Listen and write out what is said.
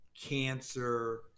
cancer